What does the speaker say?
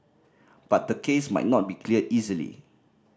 but the case might not be cleared easily